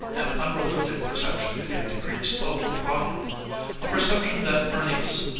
an unrelated perception began to creep slowly upon him a perception that bernice,